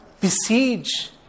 Besiege